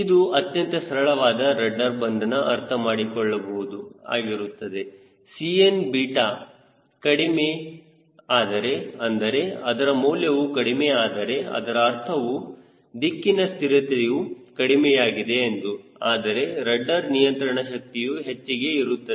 ಇದು ಅತ್ಯಂತ ಸರಳವಾಗಿ ರಡ್ಡರ್ ಬಂಧನ ಅರ್ಥ ಮಾಡಿಕೊಳ್ಳುವುದು ಆಗಿರುತ್ತದೆ 𝐶nþ ಕಡಿಮೆ ಆದರೆ ಅಂದರೆ ಅದರ ಮೌಲ್ಯವು ಕಡಿಮೆ ಆದರೆ ಅದರ ಅರ್ಥವು ದಿಕ್ಕಿನ ಸ್ಥಿರತೆಯು ಕಡಿಮೆಯಾಗಿದೆ ಎಂದು ಆದರೆ ರಡ್ಡರ್ ನಿಯಂತ್ರಣ ಶಕ್ತಿಯು ಹೆಚ್ಚಿಗೆ ಇರುತ್ತದೆ